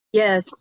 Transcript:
yes